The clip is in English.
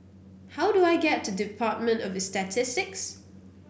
how do I get to Department of Statistics